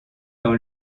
dans